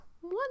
one